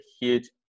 huge